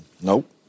Nope